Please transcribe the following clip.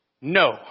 No